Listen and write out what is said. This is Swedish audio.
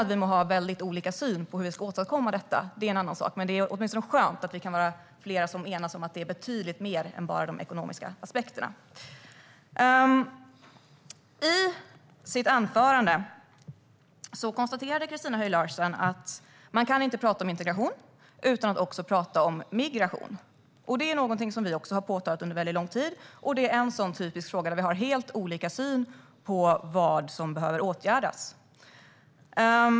Att vi har väldigt olika syn på hur vi ska åstadkomma detta är en annan sak, men det skönt att vi är fler som kan enas om att det handlar om betydligt mer än bara de ekonomiska aspekterna. I sitt anförande konstaterade Christina Höj Larsen att man inte kan tala om integration utan att också tala om migration. Det har vi också påpekat under lång tid, men det är en typisk fråga där vi har helt olika syn på vad som behöver åtgärdas.